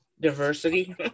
diversity